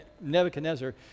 Nebuchadnezzar